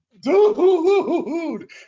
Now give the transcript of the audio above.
Dude